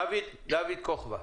דוד כוכבא.